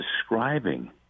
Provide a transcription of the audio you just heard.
describing